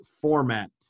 format